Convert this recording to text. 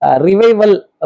revival